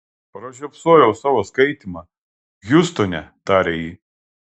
pražiopsojau tavo skaitymą hjustone tarė ji